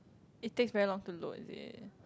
it takes very long to load is it